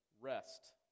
rest